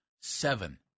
seven